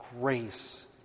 grace